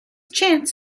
chants